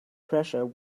pressure